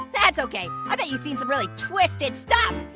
that's okay. i bet you've seen some really twisted stuff.